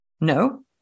No